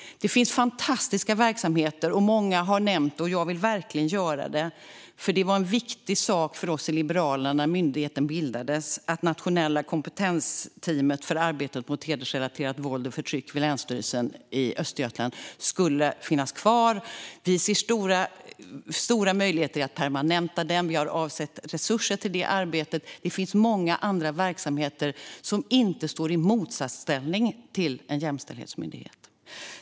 Det finns fantastiska verksamheter, och många har nämnt dem. Det var nämligen en viktig sak för oss i Liberalerna när myndigheten bildades att det nationella kompetensteamet för arbetet mot hedersrelaterat våld och förtryck vid Länsstyrelsen i Östergötland skulle finnas kvar. Vi ser stora möjligheter i att permanenta den. Vi har avsatt resurser till detta arbete. Det finns många andra verksamheter som inte står i motsatsställning till en jämställdhetsmyndighet.